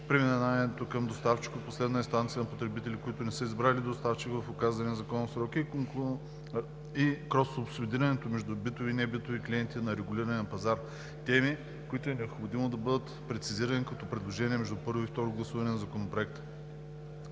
преминаването към доставчик от последна инстанция на потребители, които не са избрали доставчик в указания законов срок и кроссубсидирането между битови и небитови клиенти на регулирания пазар – теми, които е необходимо да бъдат прецизирани като предложения между първо и второ гласуване на Законопроекта.